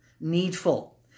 Needful